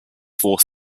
four